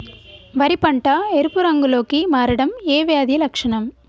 వరి పంట ఎరుపు రంగు లో కి మారడం ఏ వ్యాధి లక్షణం?